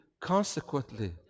Consequently